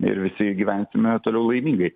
ir visi gyvensime toliau laimingai